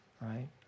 right